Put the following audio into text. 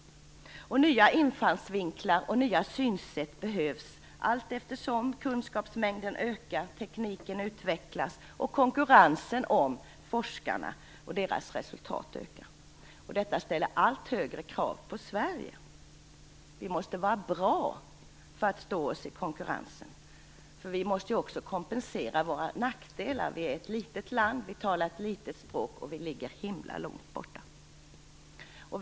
Nya infallsvinklar och nya synsätt behövs allteftersom kunskapsmängden ökar, tekniken utvecklas och konkurrensen om forskarna och deras resultat ökar. Detta ställer allt högre krav på Sverige. Vi måste vara bra för att stå oss i konkurrensen, eftersom vi också måste kompensera våra nackdelar. Vi är ett litet land, vi talar ett litet språk, och vårt land ligger mycket avsides.